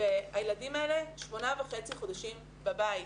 הילדים האלה שמונה וחצי חודשים בבית.